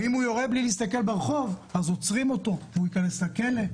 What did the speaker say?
ואם הוא יורה מבלי להסתכל ברחוב אז עוצרים אותו והוא ייכנס לכלא.